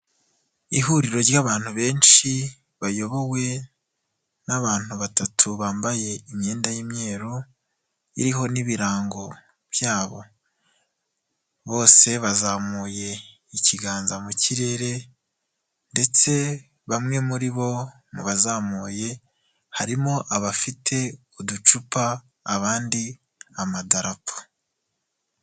Ihuriro ry'abantu benshi bayobowe n'abantu batatu bambaye imyenda y'imyeru, iriho n'ibirango byabo. Bose bazamuye ikiganza mu kirere ndetse bamwe muri bo mu bazamuye harimo abafite uducupa abandi amadarapo.